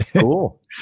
cool